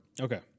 Okay